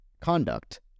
conduct